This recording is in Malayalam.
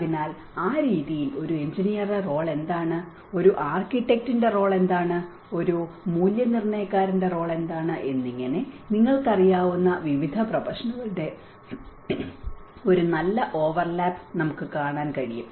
അതിനാൽ ആ രീതിയിൽ ഒരു എഞ്ചിനീയറുടെ റോൾ എന്താണ് ഒരു ആർക്കിടെക്റ്റിന്റെ റോൾ എന്താണ് ഒരു മൂല്യനിർണ്ണയക്കാരന്റെ റോൾ എന്താണ് എന്നിങ്ങനെ നിങ്ങൾക്കറിയാവുന്ന വിവിധ പ്രൊഫഷനുകളുടെ ഒരു നല്ല ഓവർലാപ്പ് നമുക്ക് കാണാൻ കഴിയും